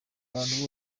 abantu